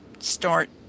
start